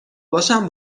باشم